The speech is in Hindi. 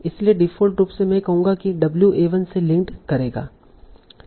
इसलिए डिफ़ॉल्ट रूप से मैं कहूंगा कि w a1 से लिंक करेगा